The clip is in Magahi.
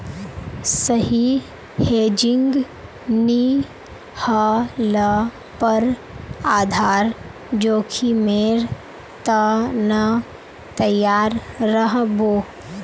सही हेजिंग नी ह ल पर आधार जोखीमेर त न तैयार रह बो